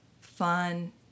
fun